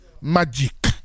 Magic